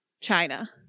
China